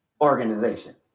organization